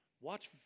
Watch